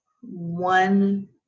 one